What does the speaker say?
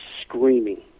screaming